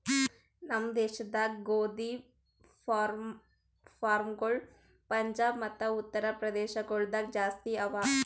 ನಮ್ ದೇಶದಾಗ್ ಗೋದಿ ಫಾರ್ಮ್ಗೊಳ್ ಪಂಜಾಬ್ ಮತ್ತ ಉತ್ತರ್ ಪ್ರದೇಶ ಗೊಳ್ದಾಗ್ ಜಾಸ್ತಿ ಅವಾ